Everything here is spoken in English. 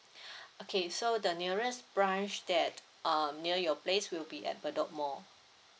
okay so the nearest branch that um near your place will be at bedok mall